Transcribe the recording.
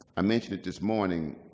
i mentioned it this morning.